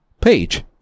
page